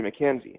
McKenzie